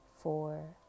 four